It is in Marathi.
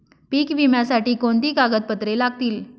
पीक विम्यासाठी कोणती कागदपत्रे लागतील?